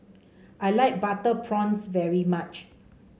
I like Butter Prawns very much